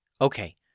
Okay